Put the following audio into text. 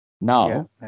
Now